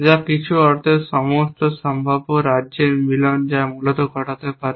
যা কিছু অর্থে সমস্ত সম্ভাব্য রাজ্যের মিলন যা মূলত ঘটতে পারে